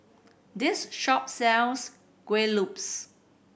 this shop sells Kueh Lopes